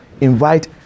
invite